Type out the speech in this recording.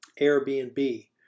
Airbnb